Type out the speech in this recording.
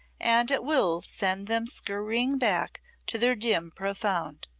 and at will send them scurrying back to their dim profound.